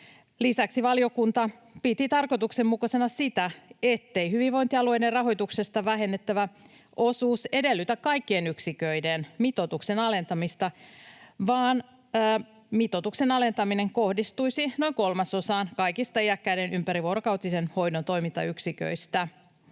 Lisäksi valiokunta piti tarkoituksenmukaisena sitä, ettei hyvinvointialueiden rahoituksesta vähennettävä osuus edellytä kaikkien yksiköiden mitoituksen alentamista, vaan mitoituksen alentaminen kohdistuisi noin kolmasosaan kaikista iäkkäiden ympärivuorokautisen hoidon toimintayksiköistä.